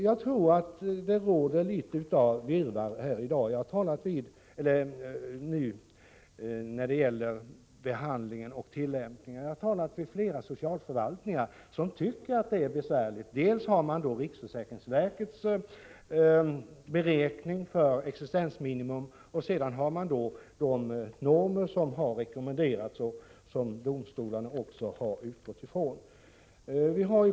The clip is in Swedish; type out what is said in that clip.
Jag tror att det nu råder något av virrvarr när det gäller handläggningen av socialhjälpsärenden och tillämpningen av reglerna. Jag har varit i kontakt med flera socialförvaltningar, och man tycker att det är besvärligt. Man har dels riksskatteverkets beräkning av normalbelopp för existensminimum, dels de normer som har rekommenderats och som även domstolarna utgått ifrån.